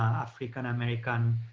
african-american